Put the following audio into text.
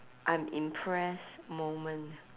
I'm impressed moment